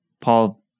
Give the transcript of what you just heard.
Paul